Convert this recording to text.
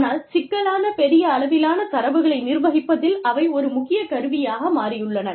ஆனால் சிக்கலான பெரிய அளவிலான தரவுகளை நிர்வகிப்பதில் அவை ஒரு முக்கிய கருவியாக மாறியுள்ளன